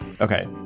Okay